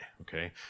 okay